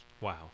Wow